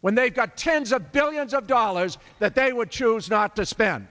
when they've got tens of billions of dollars that they would choose not to spend